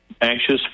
anxious